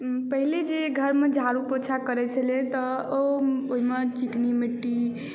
पहीले जे घर मे झाड़ू पोंछा करै छलीय तऽ ओहिमे चिकनी मिट्टी